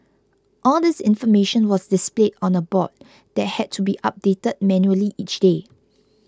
all this information was displayed on a board that had to be updated manually each day